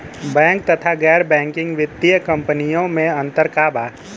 Bank तथा गैर banking वित्तीय कम्पनीयो मे अन्तर का बा?